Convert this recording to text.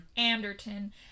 anderton